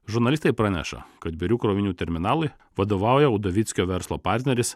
žurnalistai praneša kad birių krovinių terminalui vadovauja udovickio verslo partneris